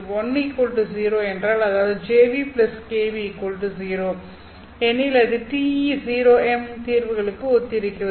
இந்த 10 என்றால் அதாவது Jν kν 0 எனில் இது TE0M தீர்வுகளுக்கு ஒத்திருக்கிறது